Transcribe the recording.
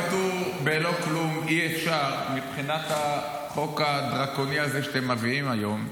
פטור בלא כלום אי-אפשר מבחינת החוק הדרקוני הזה שאתם מביאים היום.